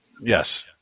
Yes